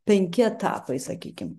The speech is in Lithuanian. penki etapai sakykim